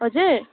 हजुर